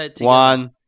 one